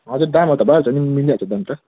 हजुर दामहरू त भइहाल्छ नि मिलिहाल्छ दाम त